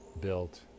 built